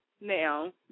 Now